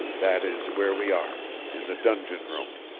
that is where we are in the dungeon room.